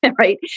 right